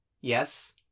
Yes